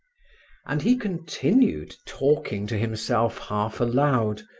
and he continued, talking to himself half-aloud.